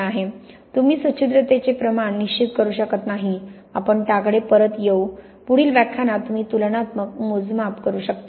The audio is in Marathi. तुम्ही सच्छिद्रतेचे प्रमाण निश्चित करू शकत नाही आपण त्याकडे परत येऊ पुढील व्याख्यानात तुम्ही तुलनात्मक मोजमाप करू शकता